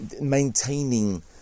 maintaining